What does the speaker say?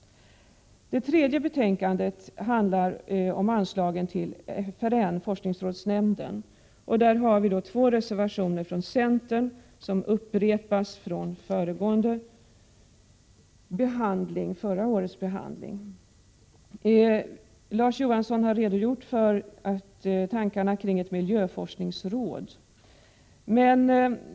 Det tredje betänkandet handlar om anslaget till FRN, forskningsrådsnämnden. Där finns två reservationer från centern, som upprepas från förra årets behandling. Larz Johansson har redogjort för tankegångarna kring ett miljöforskningsråd.